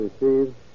received